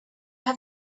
have